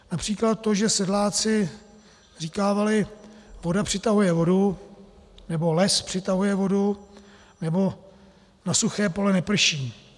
Například to, že sedláci říkávali: voda přitahuje vodu, nebo les přitahuje vodu, nebo na suché pole neprší.